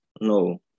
No